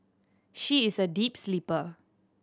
she is a deep sleeper